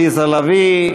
עליזה לביא,